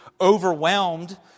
overwhelmed